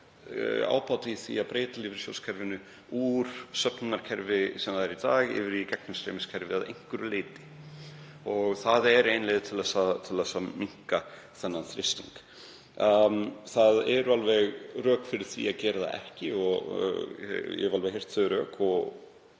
í því að breyta lífeyrissjóðakerfinu úr söfnunarkerfi sem það er í dag yfir í gegnumstreymiskerfi að einhverju leyti. Það er ein leið til að minnka þennan þrýsting. Það eru alveg rök fyrir því að gera það ekki og ég hef heyrt þau rök